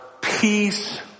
peace